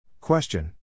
Question